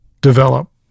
develop